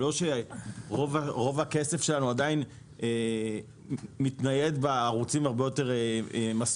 זה לא שרוב הכסף שלנו עדין מתנייד בערוצים הרבה יותר מסורתיים,